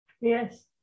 Yes